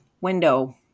window